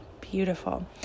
beautiful